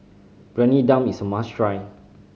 Briyani Dum is a must try